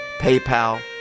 PayPal